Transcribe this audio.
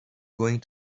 going